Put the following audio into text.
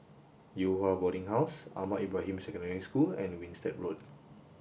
Yew Hua Boarding House Ahmad Ibrahim Secondary School and Winstedt Road